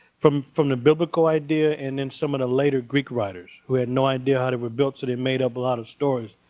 from from the biblical idea and then some of the later greek writers, who had no idea how they were built, so they made up a lot of stories.